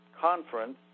conference